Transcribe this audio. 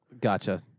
Gotcha